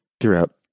throughout